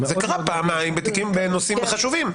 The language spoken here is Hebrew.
זה קרה פעמיים בנושאים חשובים.